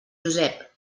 josep